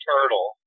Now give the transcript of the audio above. Turtle